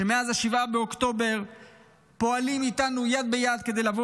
שמאז 7 באוקטובר פועלים איתנו יד ביד כדי לבוא